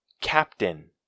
captain